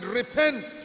repent